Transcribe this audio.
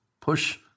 push